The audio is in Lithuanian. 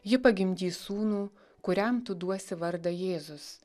ji pagimdys sūnų kuriam tu duosi vardą jėzus